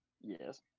Yes